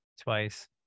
twice